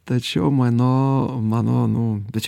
tačiau mano mano nu bet čia